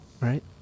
Right